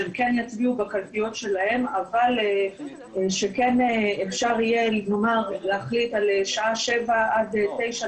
שהם כן יצביעו בקלפיות שלהם ואם אפשר להחליט שמשעה 7:00 עד 9:00